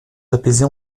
apaiser